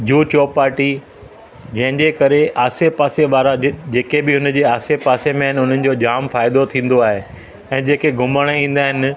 जुहू चौपाटी जंहिंजे करे आसे पासे वारा जेके बि हुन जे आसे पासे में आहिनि हुननि जो जाम फ़ाइदो थींदो आहे ऐं जेके घुमणु ईंदा आहिनि